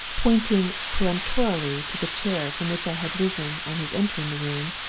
pointing peremptorily to the chair from which i had risen on his entering the room,